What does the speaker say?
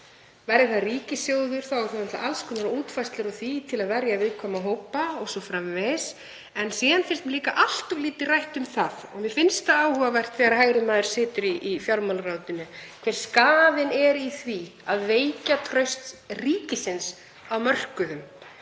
Verði það ríkissjóður þá eru auðvitað alls konar útfærslur á því til að verja viðkvæma hópa o.s.frv. En síðan finnst mér líka allt of lítið rætt um það, og mér finnst það áhugavert þegar hægri maður situr í fjármálaráðuneytinu, hver skaðinn er af því að veikja traust ríkisins á mörkuðum,